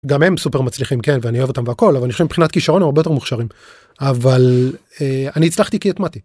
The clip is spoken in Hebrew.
גם הם סופר מצליחים כן ואני אוהב אותם והכל, אבל אני חושב שמבחינת כישרון הם הרבה יותר מוכשרים אבל אני הצלחתי כי התמדתי.